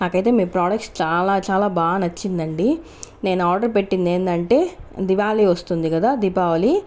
నాకైతే మీ ప్రొడక్ట్స్ చాలా చాలా బాగా నచ్చిందండి నేను ఆర్డర్ పెట్టింది ఏందంటే దివాళి వస్తుంది కదా దీపావళి